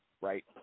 right